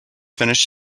finished